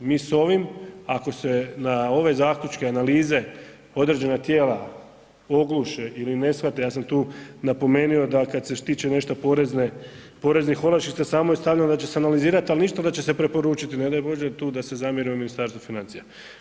Mi s ovim, ako se na ove zaključke i analize određena tijela ogluše ili ne shvate, ja sam tu napomenuo da kada se tiče nešto porezne, poreznih olakšica samo je stavljeno da će se analizirati ali ništa da će se preporučiti, ne daj bože tu da se zamjerimo Ministarstvu financija.